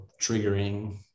triggering